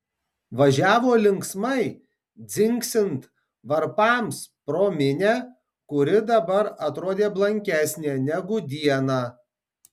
važiavo linksmai dzingsint varpams pro minią kuri dabar atrodė blankesnė negu dieną